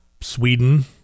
Sweden